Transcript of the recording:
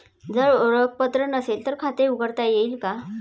जर ओळखपत्र नसेल तर खाते उघडता येईल का?